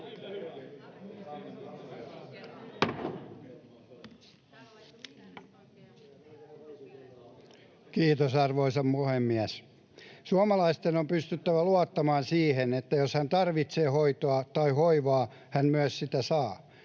Kiitos, arvoisa puhemies! Suomalaisten on pystyttävä luottamaan siihen, että jos tarvitsee hoitoa tai hoivaa, sitä myös saa.